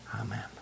Amen